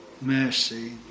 mercy